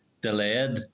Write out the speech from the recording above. delayed